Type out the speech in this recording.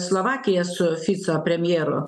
slovakija su fico premjeru